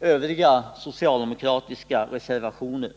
övriga socialdemokratiska reservationer.